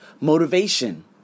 motivation